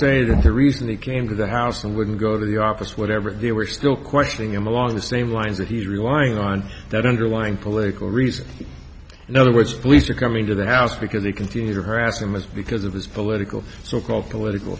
say that he recently came to the house and wouldn't go to the office whatever they were still questioning him along the same lines that he's relying on that underlying political reason in other words police are coming to the house because they continue to harass him and because of his political so called political